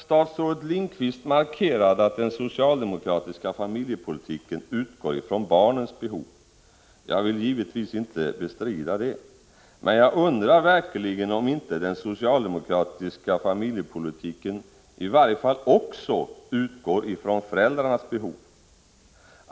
Statsrådet Bengt Lindqvist markerade att den socialdemokratiska familjepolitiken utgår från barnens behov. Jag vill givetvis inte bestrida det. Men jag undrar verkligen om inte den socialdemokratiska familjepolitiken också utgår från föräldrarnas behov.